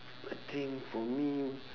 I think for me